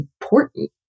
important